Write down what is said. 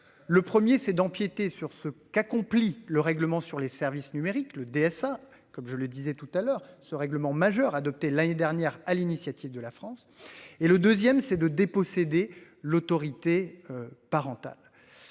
Le 1er c'est d'empiéter sur ce qu'accomplit le règlement sur les services numériques. Le DSA, comme je le disais tout à l'heure ce règlement majeurs adoptés l'année dernière, à l'initiative de la France et le 2ème c'est de déposséder l'autorité. Parentale.